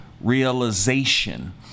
Realization